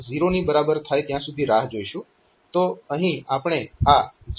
પછી આપણે INTR 0 ની બરાબર થાય ત્યાં સુધી રાહ જોઈશું